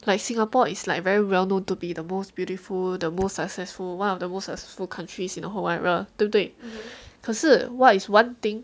like singapore is like very well known to be the most beautiful the most successful one of the most successful countries in the whole wide world 对不对可是 what is one thing